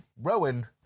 Rowan